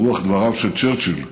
ברוח דבריו של צ'רצ'יל,